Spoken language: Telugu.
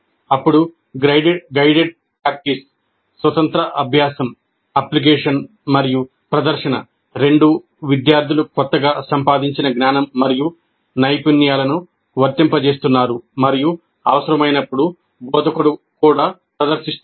అప్పుడు గైడెడ్ ప్రాక్టీస్ స్వతంత్ర అభ్యాసం అప్లికేషన్ మరియు ప్రదర్శన రెండూ విద్యార్థులు కొత్తగా సంపాదించిన జ్ఞానం మరియు నైపుణ్యాలను వర్తింపజేస్తున్నారు మరియు అవసరమైనప్పుడు బోధకుడు కూడా ప్రదర్శిస్తున్నారు